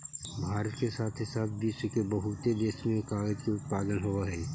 भारत के साथे साथ विश्व के बहुते देश में कागज के उत्पादन होवऽ हई